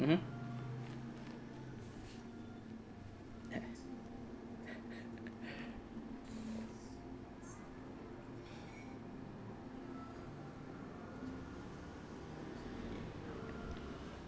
(uh huh)